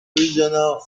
regional